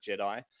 Jedi